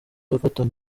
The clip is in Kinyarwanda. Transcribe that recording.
everton